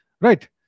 right